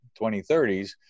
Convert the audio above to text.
2030s